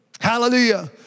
Hallelujah